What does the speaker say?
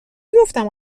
گفتم